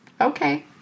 okay